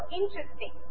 interesting